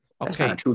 Okay